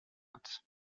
hat